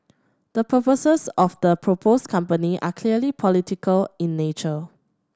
the purposes of the proposed company are clearly political in nature